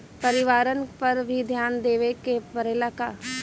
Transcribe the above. परिवारन पर भी ध्यान देवे के परेला का?